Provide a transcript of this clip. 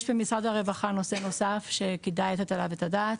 יש במשרד הרווחה נושא נוסף שכדאי לתת עליו את הדעת,